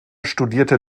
studierte